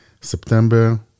September